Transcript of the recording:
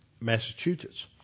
Massachusetts